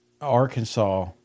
Arkansas